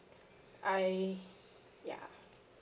I ya